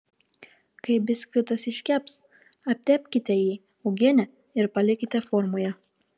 kai biskvitas iškeps aptepkite jį uogiene ir palikite formoje